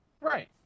right